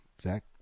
Zach